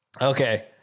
Okay